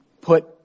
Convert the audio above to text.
put